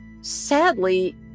Sadly